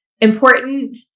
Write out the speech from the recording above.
important